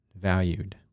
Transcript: valued